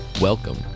Welcome